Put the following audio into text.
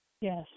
Yes